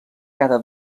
cada